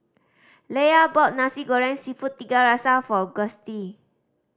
Leia bought Nasi Goreng Seafood Tiga Rasa for Gustie